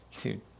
Dude